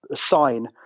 sign